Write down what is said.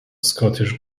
scottish